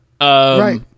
Right